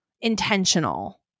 intentional